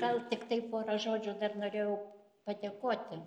gal tiktai pora žodžių dar norėjau padėkoti